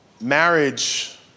marriage